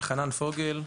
חנן פוגל,